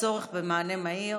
והצורך במענה מהיר,